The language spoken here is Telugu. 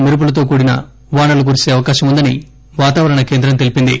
మెరుపులతో కూడిన వానలు కురిసే అవకాశం వుందని వాతావరణ కేంద్రం తెలిపింది